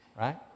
right